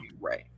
Right